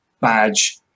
badge